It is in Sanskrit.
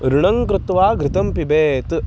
ऋणं कृत्वा घृतं पिबेत्